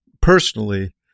personally